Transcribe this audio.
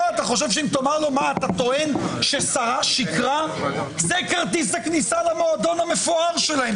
זה כרטיס הכניסה למועדון שלהם.